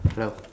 hello